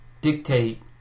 dictate